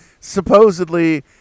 supposedly